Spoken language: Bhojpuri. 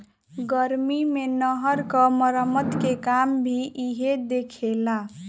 गर्मी मे नहर क मरम्मत के काम भी इहे देखेला